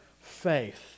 faith